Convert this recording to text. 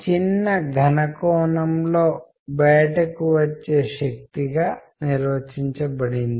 ఇక్కడ ఉద్దేశపూర్వక కమ్యూనికేషన్ అనేది చాలా ముఖ్యమైనదిగా పరిగణించబడుతుంది